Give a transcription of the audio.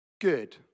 good